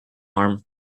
harm